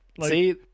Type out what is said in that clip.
see